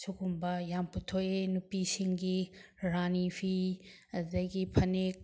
ꯁꯤꯒꯨꯝꯕ ꯌꯥꯝ ꯄꯨꯊꯣꯛꯏ ꯅꯨꯄꯤꯁꯤꯡꯒꯤ ꯔꯥꯅꯤ ꯐꯤ ꯑꯗꯨꯗꯒꯤ ꯐꯅꯦꯛ